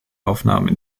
aufnahme